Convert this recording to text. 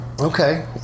Okay